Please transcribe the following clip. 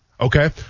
Okay